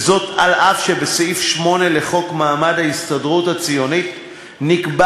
וזאת אף שבסעיף 8 לחוק מעמד ההסתדרות הציונית העולמית נקבע